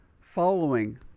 following